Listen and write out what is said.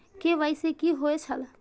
KYC कि होई छल?